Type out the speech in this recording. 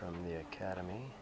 from the academy